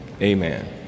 Amen